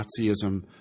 Nazism